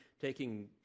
taking